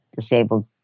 disabled